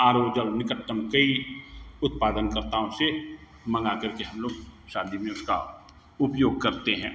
are O जल निकटतम कई उत्पादनकर्ताओं से मँगाकर के हम लोग शादी में उसका उपयोग करते हैं